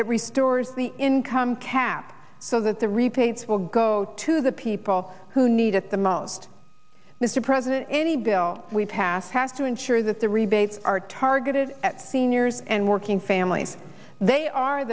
restores the income cap so that the repaints will go to the people who need it the most mr president any bill we pass has to ensure that the rebates are targeted at seniors and working families they are